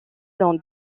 dans